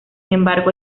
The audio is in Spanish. embargo